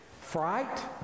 Fright